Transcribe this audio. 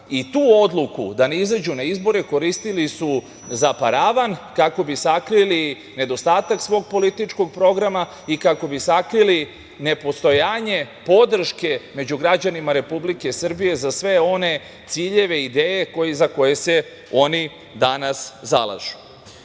i tu odluku da ne izađu na izbore koristili su za paravan kako bi sakrili nedostatak svog političkog programa i kako bi sakrili nepostojanje podrške među građanima Republike Srbije za sve one ciljeve i ideje za koje se oni danas zalažu. Takođe,